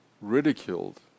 ridiculed